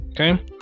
Okay